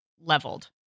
leveled